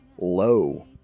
low